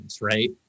right